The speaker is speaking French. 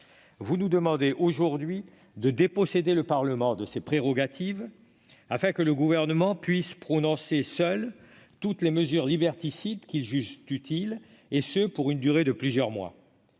vous nous demandez aujourd'hui de déposséder le Parlement de ses prérogatives afin que le Gouvernement puisse prononcer seul toutes les mesures liberticides qu'il juge utiles, et ce pour une durée de plusieurs mois.